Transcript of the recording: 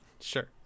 Sure